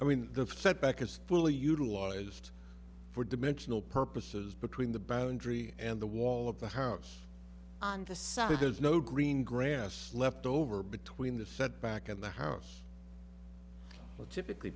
i mean the fed back is fully utilized for dimensional purposes between the boundary and the wall of the house on the side there's no green grass left over between the set back and the house but typically